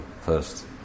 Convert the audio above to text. first